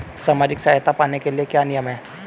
सामाजिक सहायता पाने के लिए क्या नियम हैं?